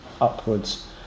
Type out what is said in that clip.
upwards